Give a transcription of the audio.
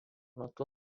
metu